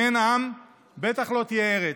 אם אין עם, בטח לא תהיה ארץ,